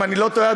אם אני לא טועה,